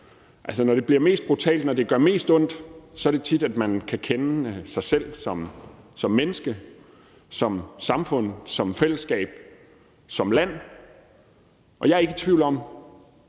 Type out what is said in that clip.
når det bliver mest brutalt, når det gør mest ondt – at man kan kende sig selv som menneske, som samfund, som fællesskab, som land. Og jeg er ikke i tvivl om,